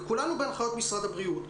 כולנו בהנחיות משרד הבריאות.